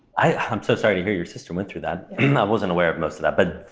i am so sorry to hear your sister went through that. i wasn't aware of most of that, but